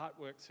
artworks